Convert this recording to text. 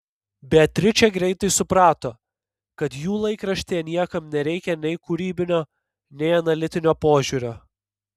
beatričė greitai suprato kad jų laikraštyje niekam nereikia nei kūrybinio nei analitinio požiūrio